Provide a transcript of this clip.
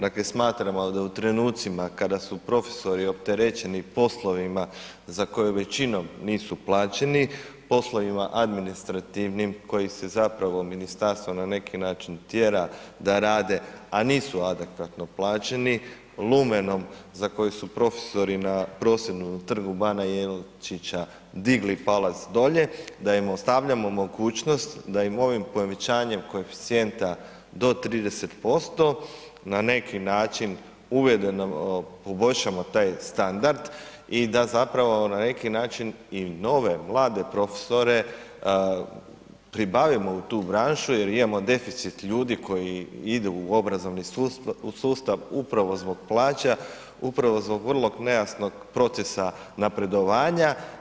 Dakle, smatramo da u trenucima kada su profesori opterećeni poslovima za koje većinom nisu plaćeni, poslovima administrativnim koji se zapravo ministarstvo na neki način tjera da rade, a nisu adekvatno plaćeni, lumenom za koji su profesori na prosvjedu na Trgu bana Jelačića digli palac dolje da im ostavljamo mogućnost da im ovim povećanjem koeficijenta do 30% na neki način uvedemo, poboljšamo taj standard i da zapravo na neki način i nove mlade profesore pribavimo u tu branšu jer imamo deficit ljudi koji idu u obrazovni sustav upravo zbog plaća, upravo zbog vrlo nejasnog procesa napredovanja.